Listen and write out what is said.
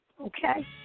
Okay